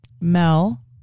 Mel